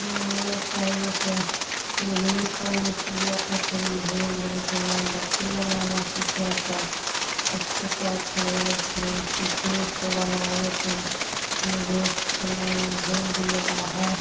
हम लोग पहले से बिजनिस कौनो किया था फिर धीरे धीरे फिर मोमबत्ती बनाना सिखा तब उसको चार चाह लोग फिर सीखे उसको बनाए फिर बिजनेस फिर हम भेज दिया बाहर